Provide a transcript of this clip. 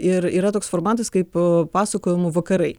ir yra toks formatas kaip pasakojimų vakarai